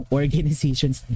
organizations